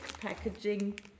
packaging